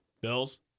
Bills